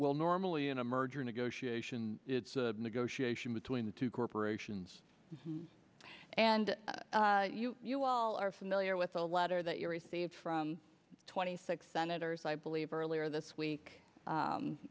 well normally in a merger negotiation it's a negotiation between the two corporations and you all are familiar with a letter that you received from twenty six senators i believe earlier this week